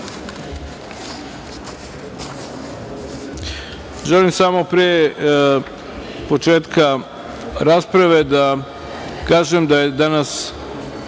redu. Želim samo pre početka rasprave da kažem da će danas